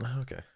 Okay